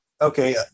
Okay